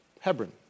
Hebron